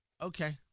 Okay